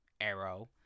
arrow